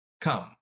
come